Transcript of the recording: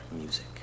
music